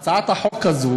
הצעת החוק הזאת